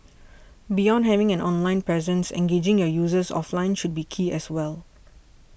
beyond having an online presence engaging your users offline should be key as well